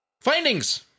Findings